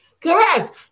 Correct